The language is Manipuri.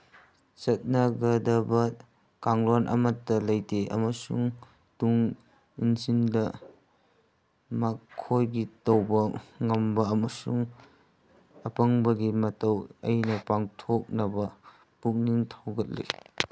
ꯆꯠꯅꯒꯗꯕ ꯀꯥꯡꯂꯣꯟ ꯑꯃꯠꯇ ꯂꯩꯇꯦ ꯑꯃꯁꯨꯡ ꯇꯨꯡꯏꯟꯁꯤꯡꯗ ꯃꯈꯣꯏꯒꯤ ꯇꯧꯕ ꯉꯝꯕ ꯑꯃꯁꯨꯡ ꯑꯄꯪꯕꯒꯤ ꯃꯇꯧ ꯑꯩꯅ ꯄꯥꯡꯊꯣꯛꯅꯕ ꯄꯨꯛꯅꯤꯡ ꯊꯧꯒꯠꯂꯤ